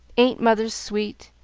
ain't mothers sweet?